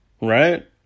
right